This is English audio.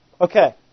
Okay